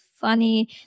funny